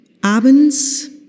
Abends